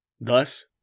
Thus